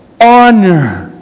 Honor